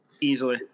Easily